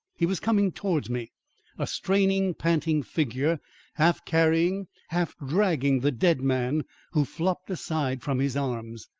he was coming towards me a straining, panting figure half carrying, half dragging, the dead man who flopped aside from his arms.